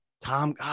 Tom